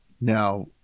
Now